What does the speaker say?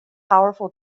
powerful